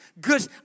good